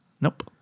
Nope